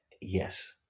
Yes